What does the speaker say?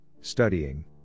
studying